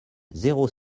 zéro